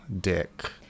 dick